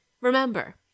Remember